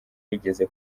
rigeze